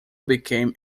became